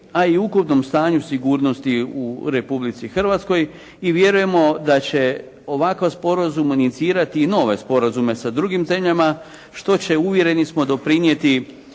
a i u ukupnom stanju sigurnosti u Republici Hrvatskoj. I vjerujemo da će ovakav sporazum inicirati i nove sporazume sa drugim zemljama što će uvjereni smo doprinijeti